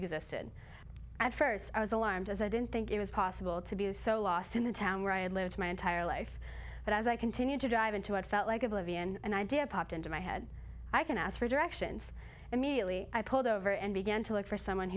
existed at first i was alarmed as i didn't think it was possible to be so lost in the town where i had lived my entire life but as i continued to drive into what felt like oblivion an idea popped into my head i can ask for directions immediately i pulled over and began to look for someone